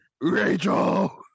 Rachel